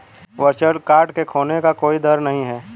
virtual card के खोने का कोई दर नहीं है